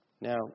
Now